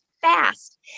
fast